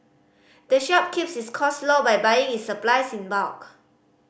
the shop keeps its cost low by buying its supplies in bulk